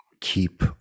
keep